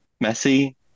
messy